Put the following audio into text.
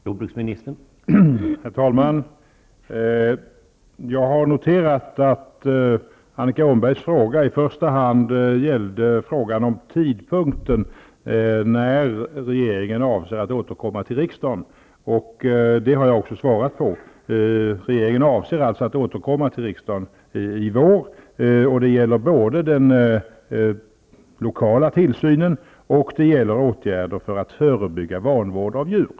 Herr talman! Herr talman! Jag har noterat att Annika Åhnbergs fråga i första hand gällde frågan om tidpunkten, när regeringen avser att återkomma till riksdagen. Det har jag också svarat på. Regeringen avser att återkomma till riksdagen i vår. Det gäller då både den lokala tillsynen och åtgärder för att förebygga vanvård av djur.